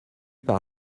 par